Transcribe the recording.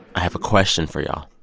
i have a question for y'all.